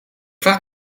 vraag